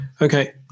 Okay